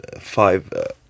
five